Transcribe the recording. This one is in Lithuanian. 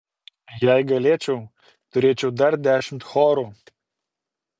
jei galėčiau turėčiau dar dešimt chorų